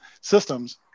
systems